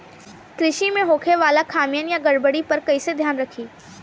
कृषि में होखे वाला खामियन या गड़बड़ी पर कइसे ध्यान रखि?